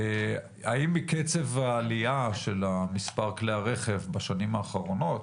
האם קצב העלייה של מספר כלי הרכב בשנים האחרונות,